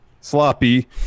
sloppy